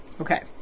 Okay